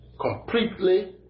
Completely